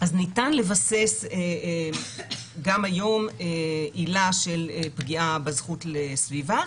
ניתן לבסס גם היום עילה של פגיעה בזכות לסביבה.